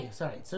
sorry